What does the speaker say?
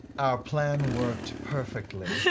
plan worked perfectly,